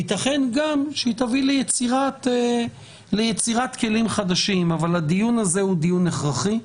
ויתכן גם שהיא תביא ליצירת כלים חדשים אבל הדיון הזה הוא דיון הכרחי.